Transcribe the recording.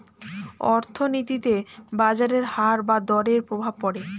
অর্থনীতিতে বাজারের হার বা দরের প্রভাব পড়ে